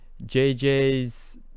jj's